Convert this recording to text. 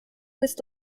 bist